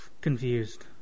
Confused